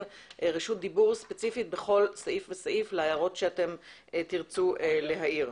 רשות דיבור ספציפית בכל סעיף וסעיף להערות שאתם תרצו להעיר.